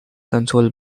console